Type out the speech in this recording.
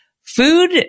Food